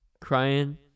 Crying